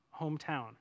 hometown